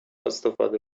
استفاده